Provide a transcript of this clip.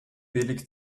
billig